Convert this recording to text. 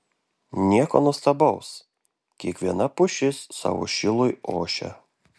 nieko nuostabaus kiekviena pušis savo šilui ošia